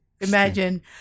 Imagine